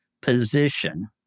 position